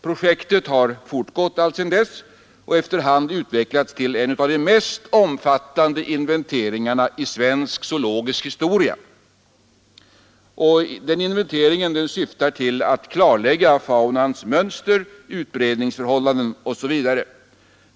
Projektet har fortgått alltsedan dess och efter hand utvecklats till en av de mest omfattande inventeringarna i svensk zoologisk historia. Denna inventering syftar till att klarlägga faunans mönster, utbredningsförhållanden osv.